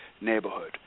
neighborhood